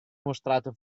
mostrato